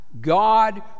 God